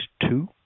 two